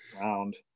round